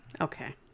Okay